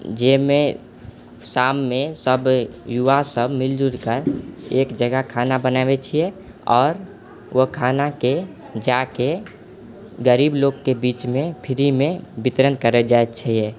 जाहिमे शाममे सब युवा सब मिलि जुलि कऽ एक जगह खाना बनाबै छियै आओर वो खानाके जा कऽ गरीब लोगके बीचमे फ्रीमे वितरण करैत जाइ छियै